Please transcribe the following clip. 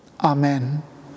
Amen